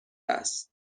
است